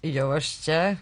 jau aš čia